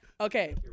Okay